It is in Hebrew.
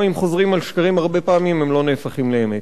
גם אם חוזרים על שקרים הרבה פעמים הם לא נהפכים לאמת.